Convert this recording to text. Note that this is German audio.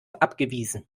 abgewiesen